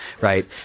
right